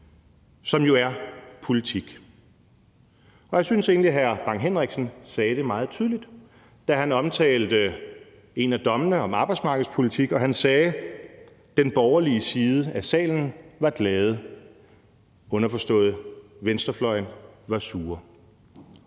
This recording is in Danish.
som jo er politik. Og jeg synes egentlig, at hr. Preben Bang Henriksen sagde det meget tydeligt, da han omtalte en af dommene om arbejdsmarkedspolitik og han sagde, at den borgerlige side af salen var glade, underforstået, at venstrefløjen var sure.